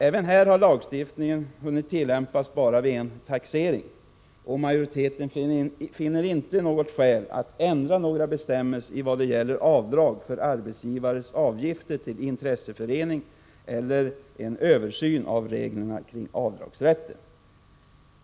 Även här har lagstiftningen hunnit tillämpas vid bara en enda taxering, och majoriteten finner inte något skäl att ändra några bestämmelser i vad det gäller avdrag för arbetsgivares avgifter till intresseförening eller förorda en översyn av reglerna om avdragsrätten.